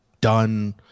done